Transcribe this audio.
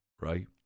right